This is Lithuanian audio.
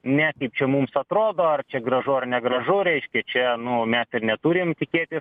ne kaip čia mums atrodo ar čia gražu ar negražu reiškia čia nu mes ir neturim tikėtis